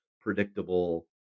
predictable